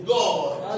God